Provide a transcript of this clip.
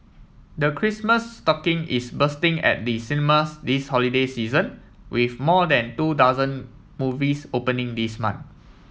the Christmas stocking is bursting at the cinemas this holiday season with more than two dozen movies opening this month